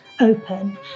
open